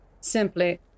simply